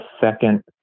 second